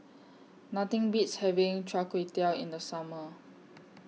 Nothing Beats having Chai Kuay Tow in The Summer